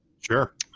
sure